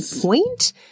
point